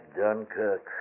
Dunkirk